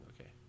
okay